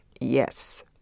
yes